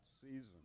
season